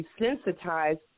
desensitized